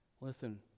Listen